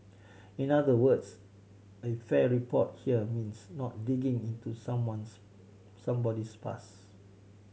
in other words a fair report here means not digging into someone's somebody's past